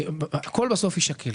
הכול בסוף יישקל.